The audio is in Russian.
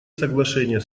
соглашения